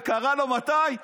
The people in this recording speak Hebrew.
וקרא לו, מתי?